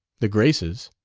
the graces.